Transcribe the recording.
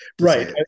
Right